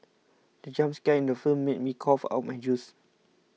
the jump scare in the film made me cough out my juice